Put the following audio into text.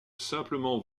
simplement